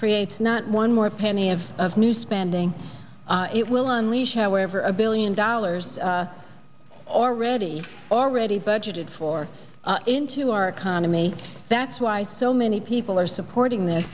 creates not one more penny of of new spending it will unleash however a billion dollars already already budgeted for into our economy that's why so many people are supporting th